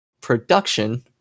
production